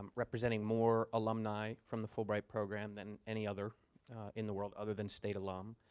representing more alumni from the fulbright program than any other in the world, other than state alum.